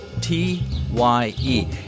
T-Y-E